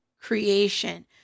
creation